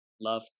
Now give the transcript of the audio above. Love